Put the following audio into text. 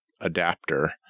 adapter